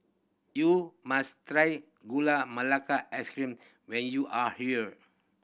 you must try Gula Melaka Ice Cream when you are here